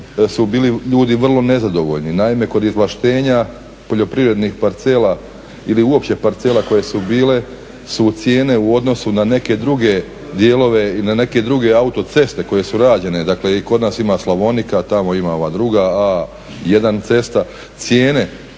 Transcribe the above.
su bili ljudi vrlo nezadovoljni. Naime, kod izvlaštenja poljoprivrednih parcela ili uopće parcela koje su bile su cijene u odnosu na neke druge dijelove i na neke druge autoceste koje su rađene, dakle i kod nas ima …, tamo ima ova druga A1 cesta, cijene,